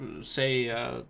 say